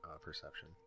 perception